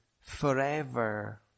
forever